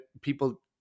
people